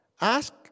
Ask